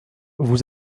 vous